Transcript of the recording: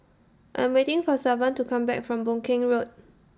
I'm waiting For Savon to Come Back from Boon Keng Road